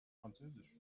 französisch